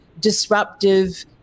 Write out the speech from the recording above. disruptive